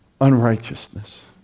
unrighteousness